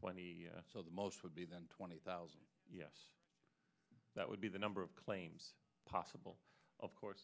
twenty so the most would be then twenty thousand yes that would be the number of claims possible of course